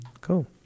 Cool